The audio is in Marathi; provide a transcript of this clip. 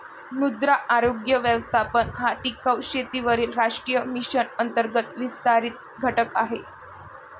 मृदा आरोग्य व्यवस्थापन हा टिकाऊ शेतीवरील राष्ट्रीय मिशन अंतर्गत विस्तारित घटक आहे